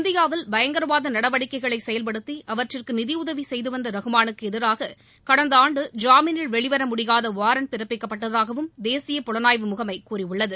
இந்தியாவில் பயங்கரவாத நடவடிக்கைகளை செயல்படுத்தி அவற்றிற்கு நிதியுதவி செய்துவந்த ரஹ்மானுக்கு எதிராக கடந்த ஆண்டு ஜாமீனில் வெளிவர முடியாத வாரண்ட் பிறப்பிக்கப்பட்டதாகவும் தேசிய புலனாய்வு முகமை கூறியுள்ளது